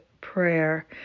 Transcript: prayer